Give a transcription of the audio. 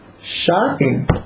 shocking